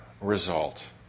result